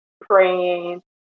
praying